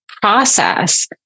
process